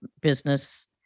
business